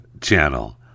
channel